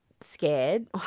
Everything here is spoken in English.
scared